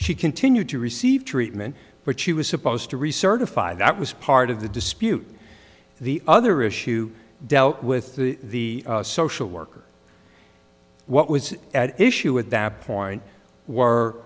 she continued to receive treatment which she was supposed to recertify that was part of the dispute the other issue dealt with the social worker what was at issue at that point were